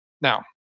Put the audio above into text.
Now